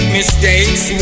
mistakes